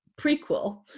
prequel